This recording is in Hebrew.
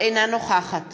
אינה נוכחת